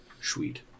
Sweet